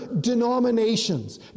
denominations